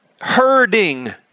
Herding